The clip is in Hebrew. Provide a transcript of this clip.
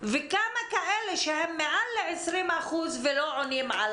וכמה כאלה שהם מעל ל-20 מיליון ולא עונים על